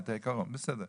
את העיקרון, בסדר.